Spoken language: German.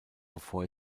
bevor